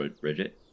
Bridget